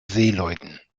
seeleuten